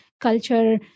culture